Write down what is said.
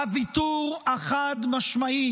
הוויתור החד-משמעי